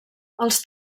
els